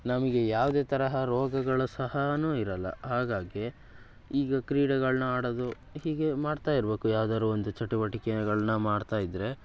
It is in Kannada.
ನಮಗೆ ಯಾವುದೇ ತರಹ ರೋಗಗಳು ಸಹ ಇರೋಲ್ಲ ಹಾಗಾಗಿ ಈಗ ಕ್ರೀಡೆಗಳನ್ನ ಆಡೋದು ಹೀಗೇ ಮಾಡ್ತಾ ಇರ್ಬೇಕು ಯಾವ್ದಾದ್ರೂ ಒಂದು ಚಟುವಟಿಕೆಗಳನ್ನ ಮಾಡ್ತಾ ಇದ್ದರೆ